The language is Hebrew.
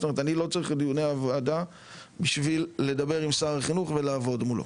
אני לא צריך את דיוני הוועדה בשביל לדבר עם שר החינוך ולעבוד מולו.